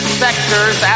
sectors